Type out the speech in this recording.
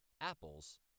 apples